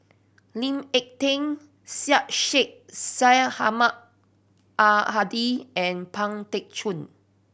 Lee Ek Tieng Syed Sheikh Syed Ahmad Al Hadi and Pang Teck Joon